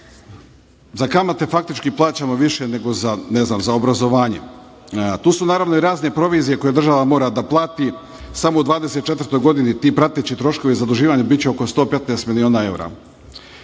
Za kamate faktički plaćamo više nego za obrazovanje. Tu su, naravno, i razne provizije koje država mora da plati. Samo u 2024. godini ti prateći troškovi zaduživanja biće oko 115 miliona